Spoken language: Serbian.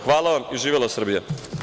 Hvala vam i živela Srbija.